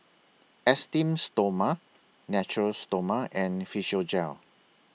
Esteem Stoma Natura Stoma and Physiogel